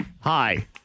Hi